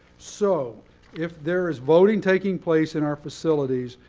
so if there is voting taking place in our facilities,